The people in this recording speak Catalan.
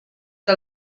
que